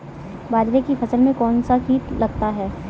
बाजरे की फसल में कौन सा कीट लगता है?